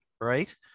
right